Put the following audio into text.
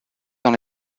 dans